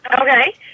okay